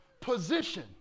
position